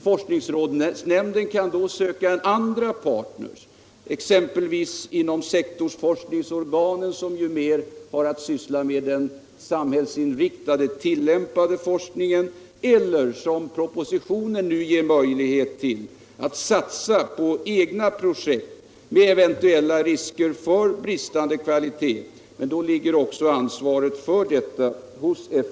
Forskningsrådsnämnden kan då söka andra partner, exempelvis inom sektorforskningsorganen, som ju mer har att syssla med den samhällsinriktade, tillämpade forskningen, eller — som propositionen nu ger möjlighet till — att satsa på egna projekt med eventuella risker för bristande kvalitet, men då ligger ansvaret för detta hos FRN.